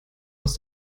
aus